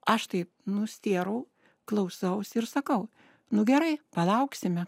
aš taip nustėrau klausausi ir sakau nu gerai palauksime